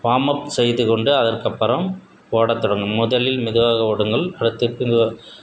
warm up செய்துக் கொண்டு அதற்கப்புறம் ஓடத் தொடங்குங்கள் முதலில் மெதுவாக ஓடுங்கள் அடுத்து பின்